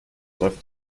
läuft